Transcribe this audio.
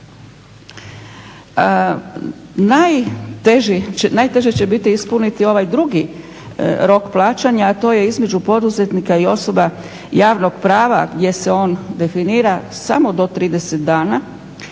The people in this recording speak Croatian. Najteže će biti ispuniti ovaj drugi rok plaćanja, a to je između poduzetnika i osoba javnog prava gdje se on definira samo do 30 dana